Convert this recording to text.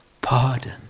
pardon